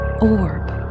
orb